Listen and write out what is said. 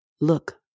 Look